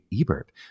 ebert